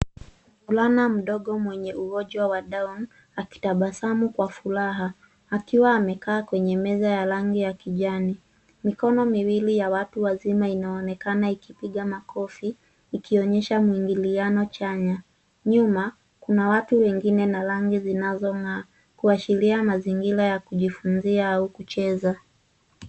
Mvulana mdogo mwenye ugonjwa downy akitabasamu kwa furaha akiwa amekaa kwenye meza ya rangi ya kijani. Mikono miwili ya watu wazima inaonekana ikipiga makofi ikionyesha muingiliano chanya. Nyuma kuna watu wengine na rangi zinazong'aa kuashiria mazingira ya kujifunzia au kucheza.